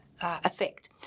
effect